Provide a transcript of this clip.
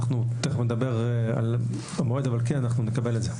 תכף נדבר על המועד אבל אנחנו נקבל את זה.